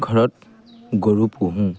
ঘৰত গৰু পোহোঁ